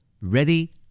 Ready